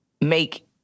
make